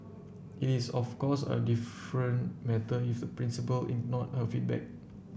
it is of course a different matter if the principal ignored her feedback